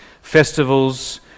festivals